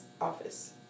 office